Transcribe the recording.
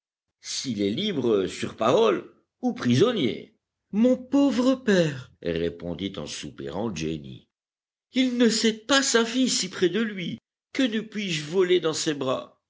s'il est libre sur parole ou prisonnier mon pauvre père répondit en soupirant jenny il ne sait pas sa fille si près de lui que ne puis-je voler dans ses bras